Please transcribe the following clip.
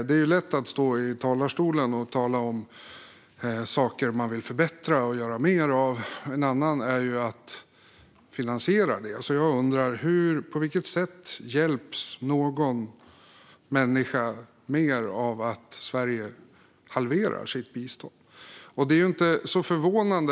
Det är lätt att stå i talarstolen och tala om saker man vill förbättra och göra mer av, men det är en annan sak att finansiera det. Det jag undrar är på vilket sätt någon människa hjälps mer av att Sverige halverar sitt bistånd. Detta är inte så förvånande.